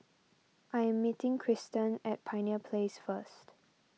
I am meeting Kristan at Pioneer Place first